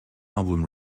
album